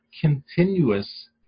continuous